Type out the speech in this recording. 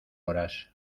horas